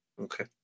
Okay